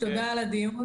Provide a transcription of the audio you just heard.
היושב-ראש, תודה על הדיון,